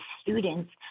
students